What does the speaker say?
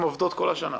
עובדות כל השנה.